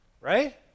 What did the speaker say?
Right